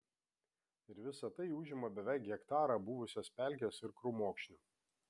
ir visa tai užima beveik hektarą buvusios pelkės ir krūmokšnių